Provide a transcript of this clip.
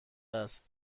است